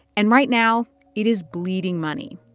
and right now it is bleeding money.